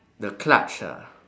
the clutch ah